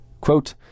Quote